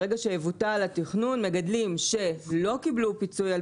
ברגע שיבוטל התכנון מגדלים שלא קיבלו פיצוי על